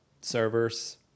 servers